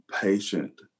patient